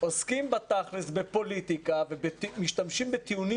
עוסקים בתכלס בפוליטיקה ומשתמשים בטיעונים